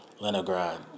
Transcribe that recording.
Leningrad